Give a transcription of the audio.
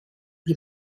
die